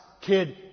kid